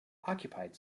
occupied